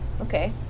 Okay